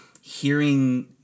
hearing